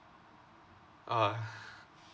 orh